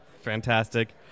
Fantastic